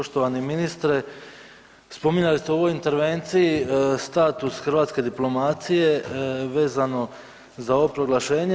Poštovani ministre, spominjali ste u ovoj intervenciji status hrvatske diplomacije vezano za ovo proglašenje.